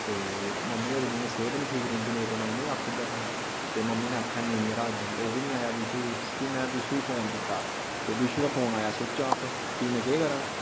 ते मम्मी होरे दी इ'यां सेह्त नि ठीक रौंह्दी नेईं ते में उ'नें गी आखू उड़दा हा ते मम्मी ने आखेआ नेईं यरा अज्ज ओह् बी निं आया विशु बी ते में विशु गी फोन कीता ते विशु दा फ़ोन आया सोच्च ऑफ फ्ही में केह् करां